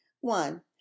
one